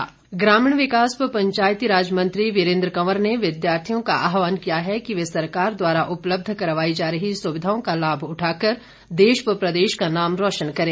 वीरेन्द्र कंवर ग्रामीण विकास व पंचायतीराज मंत्री वीरेन्द्र कंवर ने विद्यार्थियों का आहवान किया है कि वे सरकार द्वारा उपलब्ध करवाई जा रही सुविधाओं का लाभ उठाकर देश व प्रदेश का नाम रौशन करें